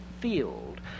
field